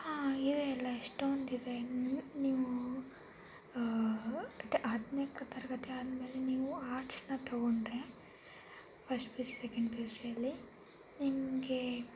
ಹಾನ್ ಇದೆ ಅಲ್ಲ ಎಷ್ಟೊಂದಿವೆ ಇನ್ನೂ ನೀವು ಹತ್ತನೇ ತರಗತಿ ಆದ್ಮೇಲೆ ನೀವು ಆರ್ಟ್ಸ್ನ ತಗೊಂಡ್ರೆ first P U C second P U C ಅಲ್ಲಿ ನಿಮಗೆ